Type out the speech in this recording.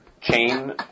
chain